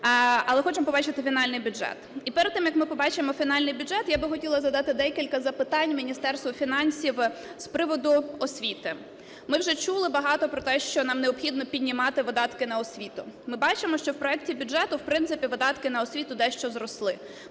Але хочемо побачити фінальний бюджет. І перед тим, як побачимо фінальний бюджет, я би хотіла задати декілька запитань Міністерству фінансів з приводу освіти. Ми вже чули багато про те, що нам необхідно піднімати видатки на освіту. Ми бачимо, що в проекті бюджету, в принципі, видатки на освіту дещо зросли.